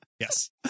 Yes